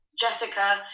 Jessica